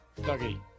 Dougie